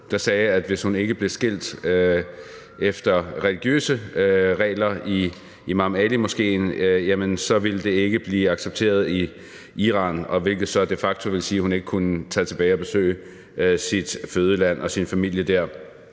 der sagde, at hvis hun ikke blev skilt efter religiøse regler i Imam Ali-Moskéen, ville det ikke blive accepteret i Iran, hvilket de facto ville sige, at hun ikke kunne tage tilbage og besøge sit fødeland og sin familie der.